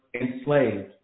enslaved